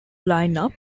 lineup